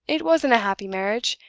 it wasn't a happy marriage,